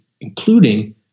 including